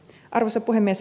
arvoisa puhemies